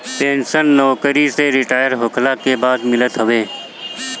pension नोकरी से retire होखला के बाद मिलत हवे